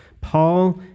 Paul